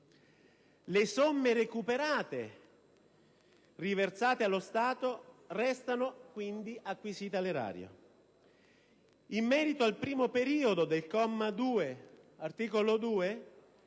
Le somme recuperate riversate allo Stato restano quindi acquisite all'erario. In merito al primo periodo del comma 2 dell'articolo 2,